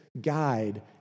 guide